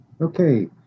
Okay